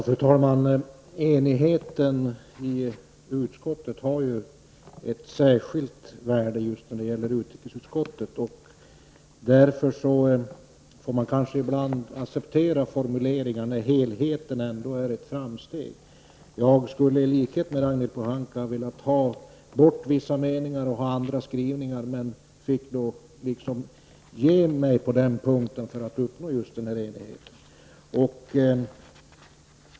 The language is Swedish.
Fru talman! Enigheten inom ett utskott har ju ett särskilt värde just när det gäller utrikesutskottet. Därför får man ibland acceptera formuleringar där helheten ändå är ett framsteg. Jag skulle, i likhet med Ragnhild Pohanka, vilja ta bort vissa meningar och ha andra skrivningar. Men jag fick ge mig på den punkten för att uppnå denna enighet.